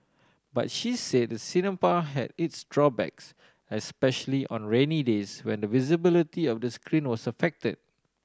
but she said the cinema had its drawbacks especially on rainy days when the visibility of the screen was affected